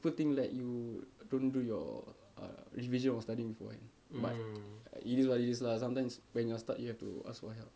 people think like you don't do your err revision or studying beforehand but it is what it is ah sometimes when you're stuck you have to ask for help